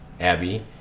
Abby